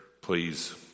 please